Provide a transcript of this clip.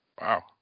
wow